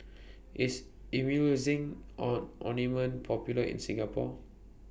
IS Emulsying Ointment Popular in Singapore